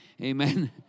Amen